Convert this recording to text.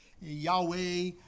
Yahweh